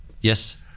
yes